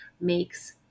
makes